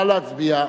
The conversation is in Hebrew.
נא להצביע.